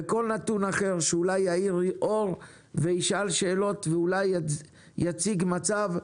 וכל נתון אחר שאולי יאיר אור וישאל שאלות ואולי יציג מצב,